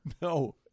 no